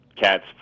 Cats